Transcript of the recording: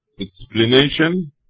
explanation